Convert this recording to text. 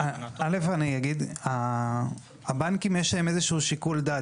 א' אני אגיד, הבנקים יש להם איזה שהוא שיקול דעת.